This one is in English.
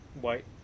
white